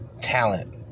talent